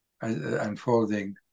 unfolding